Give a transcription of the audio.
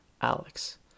Alex